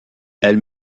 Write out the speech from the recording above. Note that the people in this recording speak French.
elle